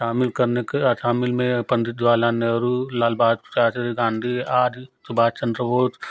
शामिल करने के आ शामिल में पंडित जवाहरलाल नेहरु लाल बहादुर शास्त्री गांधी आदि सुभाषचंद्र बोस